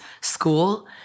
school